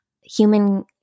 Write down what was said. human